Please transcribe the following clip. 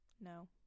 No